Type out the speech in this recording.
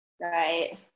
Right